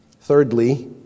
Thirdly